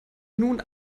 nun